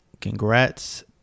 Congrats